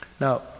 Now